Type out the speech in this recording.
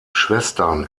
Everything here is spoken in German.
schwestern